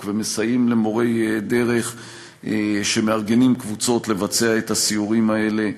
ומסייעים למורי דרך שמארגנים קבוצות לבצע את הסיורים האלה.